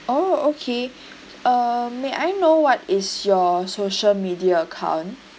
oh okay uh may I know what is your social media account